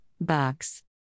Box